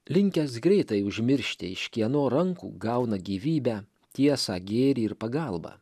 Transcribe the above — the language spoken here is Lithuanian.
linkęs greitai užmiršti iš kieno rankų gauna gyvybę tiesą gėrį ir pagalbą